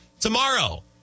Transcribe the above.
Tomorrow